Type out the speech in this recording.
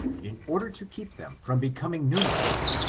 in order to keep them from be coming numerous,